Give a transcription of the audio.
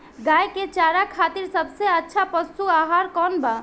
गाय के चारा खातिर सबसे अच्छा पशु आहार कौन बा?